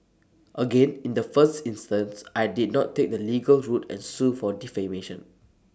again in the first instance I did not take the legal route and sue for defamation